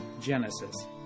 Genesis